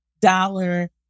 dollar